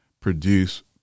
produce